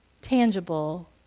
tangible